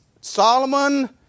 Solomon